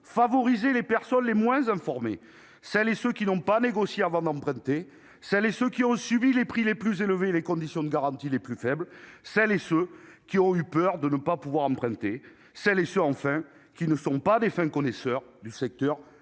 favorisé les personnes les moins informées, celles qui n'ont pas négocié avant d'emprunter, celles qui ont subi les prix les plus élevés et les conditions de garantie les plus faibles, celles qui ont eu peur de ne pas pouvoir emprunter, celles enfin qui ne sont pas des fins connaisseurs du secteur